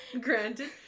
Granted